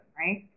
right